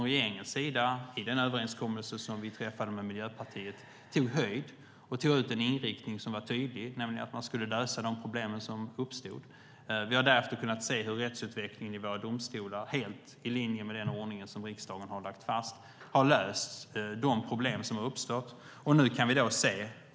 Regeringen tog i den överenskommelse som träffades med Miljöpartiet höjd. Vi tog ut en inriktning som var tydlig, nämligen att man skulle lösa de problem som uppstod. Vi har därför kunnat se hur rättsutvecklingen i våra domstolar har löst de problem som har uppstått helt i linje med den ordning som riksdagen slagit fast.